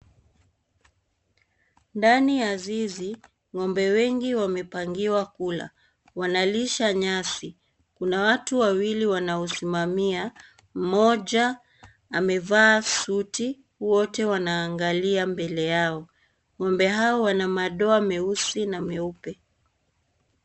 Ndani ya zizi, ng'ombe wengi wamepangiwa kula. Wanalisha nyasi. Kuna watu wawili wanaosimamia. Mmoja amevaa suti. Wote wanaangalia mbele yao. Ng'ombe hao wana madoa meusi na meupe.